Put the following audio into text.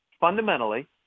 fundamentally